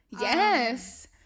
Yes